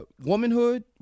womanhood